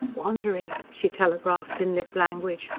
wandering! she telegraphed in lip-language,